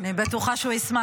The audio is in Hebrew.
יש שר, השר חיים